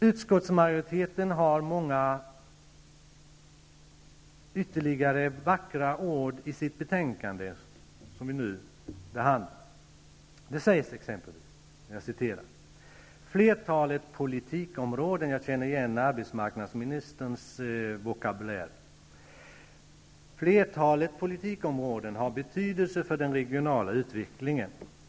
Utskottsmajoriteten använder ytterligare många vackra ord i det betänkande som vi nu behandlar. Där står det t.ex.: Flertalet politikområden -- jag vill tillägga att jag känner igen arbetsmarknadsministerns vokabulär -- har betydelse för den regionala utvecklingen.